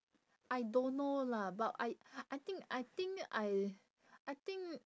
I don't know lah but I I think I think I I think